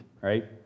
right